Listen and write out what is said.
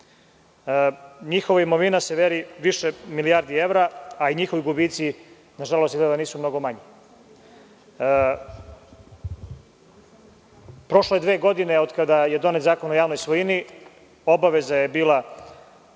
Njihova imovina se meri više milijardi evra, a i njihovi gubici na žalost izgleda nisu mnogo manji. Prošlo je dve godine od kada je donet Zakon o javnoj svojini. Obaveza je bila